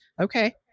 Okay